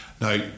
Now